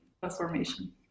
transformation